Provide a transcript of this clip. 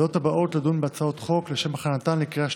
6 שאילתות דחופות 6 16. התעלמות לשכת הפרסום